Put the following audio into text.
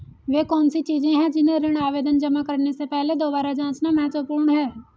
वे कौन सी चीजें हैं जिन्हें ऋण आवेदन जमा करने से पहले दोबारा जांचना महत्वपूर्ण है?